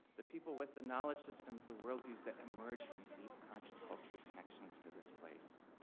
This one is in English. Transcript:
the people with the knowledge systems, the world views that emerge from deep kind of cultural connections to this place?